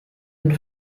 sind